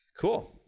Cool